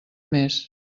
més